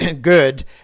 good